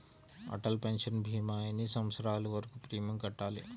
Atal pension భీమా ఎన్ని సంవత్సరాలు వరకు ప్రీమియం కట్టాలి?